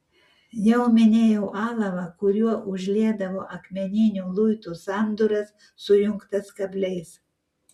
jau minėjau alavą kuriuo užliedavo akmeninių luitų sandūras sujungtas kabliais